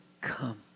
come